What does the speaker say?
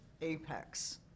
apex